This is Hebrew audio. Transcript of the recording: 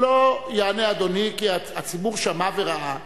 יענה אדוני, כי הציבור שמע וראה.